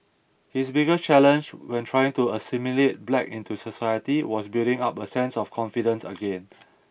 his biggest challenge when trying to assimilate black into society was building up a sense of confidence again